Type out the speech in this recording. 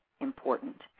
important